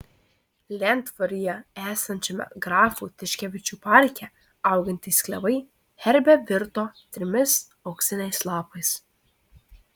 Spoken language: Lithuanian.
lentvaryje esančiame grafų tiškevičių parke augantys klevai herbe virto trimis auksiniais lapais